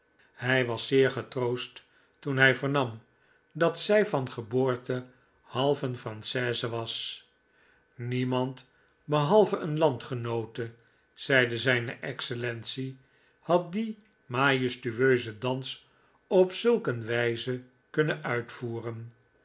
hij was eerst getroost toen hij vernam dat zij van geboorte half een franchise was niemand behalve een landgenoote zeide zijne excellentie had dien majestueuzen dans op zulk een wijze kunnen uitvoeren